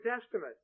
Testament